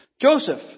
Joseph